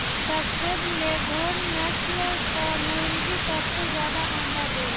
सफ़ेद लेघोर्न नस्ल कअ मुर्गी सबसे ज्यादा अंडा देले